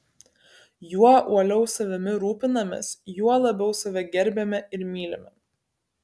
juo uoliau savimi rūpinamės juo labiau save gerbiame ir mylime